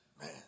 man